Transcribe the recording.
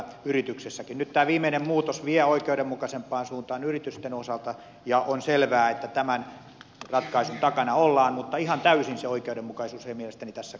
nyt tämä viimeinen muutos vie oikeudenmukaisempaan suuntaan yritysten osalta ja on selvää että tämän ratkaisun takana ollaan mutta ihan täysin se oikeudenmukaisuus ei mielestäni tässä kohtaa toteudu